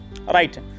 Right